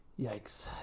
Yikes